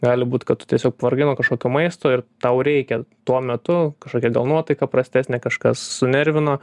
gali būt kad tu tiesiog vargai nuo kažkokio maisto ir tau reikia tuo metu kažkokia gal nuotaika prastesnė kažkas sunervino